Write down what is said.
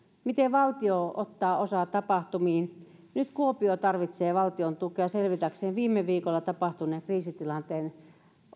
miten valtio ottaa osaa tapahtumiin nyt kuopio tarvitsee valtion tukea selvitäkseen viime viikolla tapahtuneen kriisitilanteen